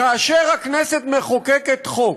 כאשר הכנסת מחוקקת חוק,